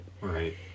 Right